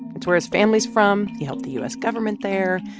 that's where his family's from. he helped the u s. government there.